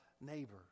neighbor